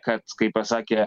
kad kai pasakė